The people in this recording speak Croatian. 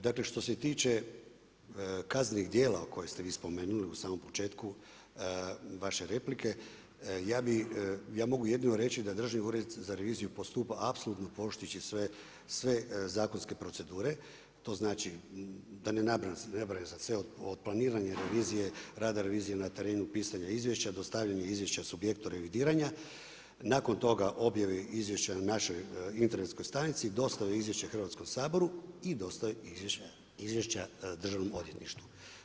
Dakle, što se tiče kaznenih dijela koje ste vi spomenuli u samom početku vaše replike, ja bi, ja mogu jedino reći da Državni ured za reviziju postupa apsolutno poštujući sve zakonske procedure, to znači, da ne nabrajam sad sve, od planiranja revizije, rada revizije na terenu, pisanja izvješće, dostavljanje izvješće subjektu revidiranja, nakon toga objave izvješća na našoj internetskoj stranici, dostava izvješća Hrvatskom saboru i dostava izvješća Državnom odvjetništvu.